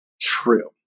true